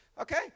okay